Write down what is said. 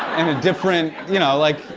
in a different, you know, like